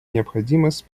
необходимость